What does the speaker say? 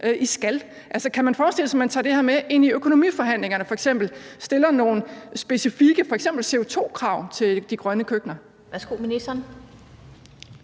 Altså, kan man forestille sig, at man f.eks. tager det her med ind i økonomiforhandlingerne og stiller nogle specifikke f.eks. CO2-krav til de grønne køkkener? Kl. 15:47 Den